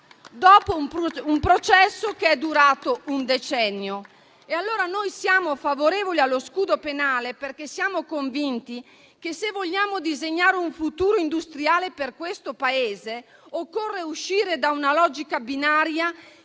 dopo un processo durato un decennio. Siamo favorevoli allo scudo penale perché siamo convinti che, se vogliamo disegnare un futuro industriale per questo Paese, occorre uscire da una logica binaria